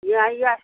ꯌꯥꯏ ꯌꯥꯏ